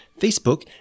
Facebook